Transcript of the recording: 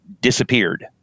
disappeared